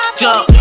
jump